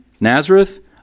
Nazareth